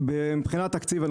מבחינת תקציב,